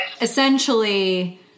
essentially